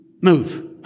move